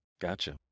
Gotcha